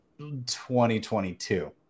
2022